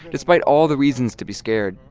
despite all the reasons to be scared,